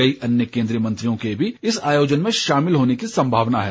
कई अन्य केन्द्रीय मंत्रियों के भी इस आयोजन में शामिल होने की संभावना है